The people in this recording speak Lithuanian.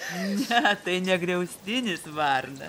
ne tai ne griaustinis varna